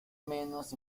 menos